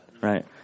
right